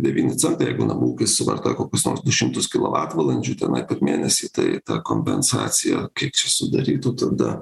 devyni centai jeigu namų ūkis suvartoja kokius nors du šimtus kilovatvalandžių tenai per mėnesį tai ta kompensacija kiek čia susidarytų tada